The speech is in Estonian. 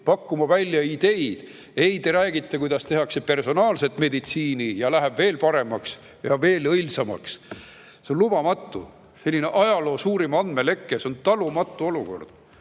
pakkuma välja ideid. Ei, te räägite, kuidas tehakse personaalmeditsiini ning see läheb veel paremaks ja õilsamaks. See on lubamatu – ajaloo suurim andmeleke. See on talumatu olukord.